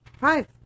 Five